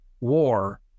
war